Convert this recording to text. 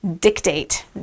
dictate